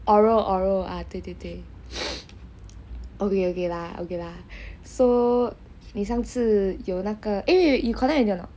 oral oral ah 对对对 okay lah okay lah so 你上次有那个 eh you connect already or not